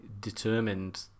determined